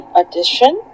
addition